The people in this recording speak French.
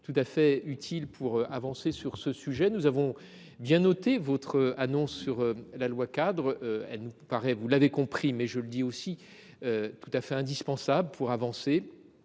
tout à fait utile pour avancer sur ce sujet. Nous avons bien noté votre annonce sur la loi cadre. Elle nous paraît, vous l'avez compris mais je le dis aussi, tout à fait indispensable pour avancer.